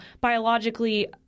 biologically